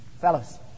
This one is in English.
Fellows